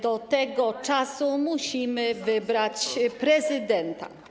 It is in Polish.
do tego czasu musimy wybrać prezydenta.